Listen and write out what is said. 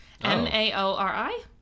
M-A-O-R-I